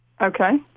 Okay